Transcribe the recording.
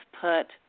put